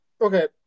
Okay